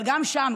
אבל גם שם,